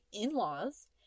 in-laws